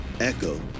echo